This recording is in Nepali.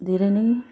धेरै नै